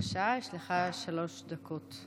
בבקשה, יש לך שלוש דקות.